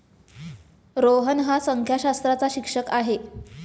रोहन हा संख्याशास्त्राचा शिक्षक आहे